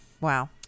Wow